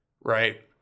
right